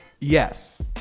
Yes